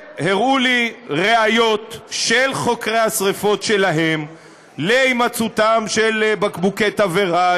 הראו לי ראיות של חוקרי השרפות שלהם להימצאותם של בקבוקי תבערה,